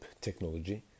technology